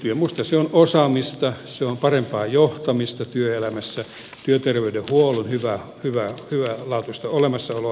minusta se on osaamista se on parempaa johtamista työelämässä työterveydenhuollon hyvälaatuista olemassaoloa